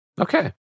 Okay